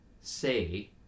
say